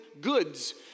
goods